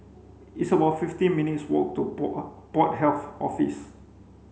it's about fifteen minutes' walk to Port Health Office